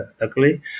luckily